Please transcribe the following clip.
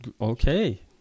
okay